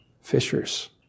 fishers